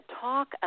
talk